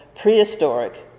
Prehistoric